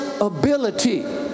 ability